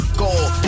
gold